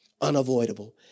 unavoidable